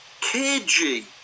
KG